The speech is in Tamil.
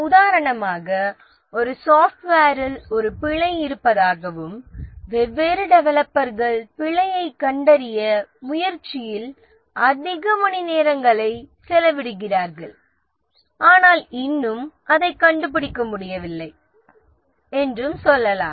உதாரணமாக ஒரு சாப்ட்வேரில் ஒரு பிழை இருப்பதாகவும் வெவ்வேறு டெவலப்பர்கள் பிழையைக் கண்டறியும் முயற்சியில் அதிக நேரத்தை செலவிடுகிறார்கள் ஆனால் இன்னும் அதைக் கண்டுபிடிக்க முடியவில்லை என்றும் சொல்லலாம்